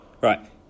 Right